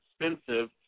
expensive